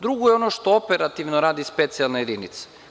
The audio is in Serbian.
Drugo je ono što operativno radi specijalna jedinica.